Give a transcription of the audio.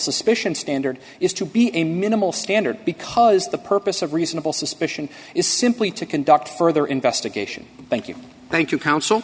suspicion standard is to be a minimal standard because the purpose of reasonable suspicion is simply to conduct further investigation thank you thank you counsel